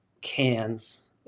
cans